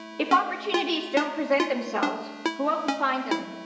if opportunities don't present themselves, go out and find them,